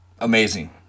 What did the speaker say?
Amazing